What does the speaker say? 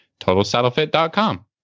Totalsaddlefit.com